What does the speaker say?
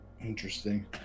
Interesting